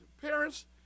parents